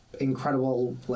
incredible